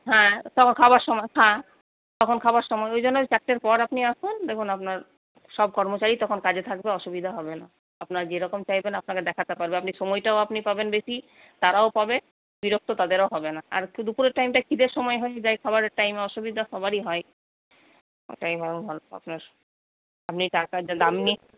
হ্যাঁ তখন খাওয়ার সময় হ্যাঁ তখন খাওয়ার সময় ওই জন্যই চারটের পর আপনি আসুন দেখুন আপনার সব কর্মচারীই তখন কাজে থাকবে অসুবিধা হবে না আপনার যেরকম চাইবেন আপনাকে দেখাতে পারবে আপনি সময়টাও আপনি পাবেন বেশি তারাও পাবে বিরক্ত তাদেরও হবে না আর দুপুরের টাইমটা খিদের সময় হয়ে যায় সবার টাইম অসুবিধা সবারই হয় আপনার আপনি টাকা দাম নিয়ে